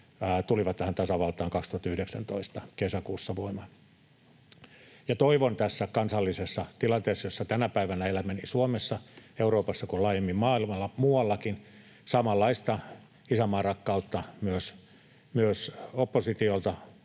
tulivat tähän tasavaltaan 2019 kesäkuussa voimaan. Toivon tässä kansallisessa tilanteessa, jossa tänä päivänä elämme niin Suomessa, Euroopassa kuin laajemmin maailmalla muuallakin, samanlaista isänmaanrakkautta myös oppositiolta